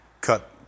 cut